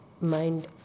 Mind